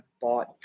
bought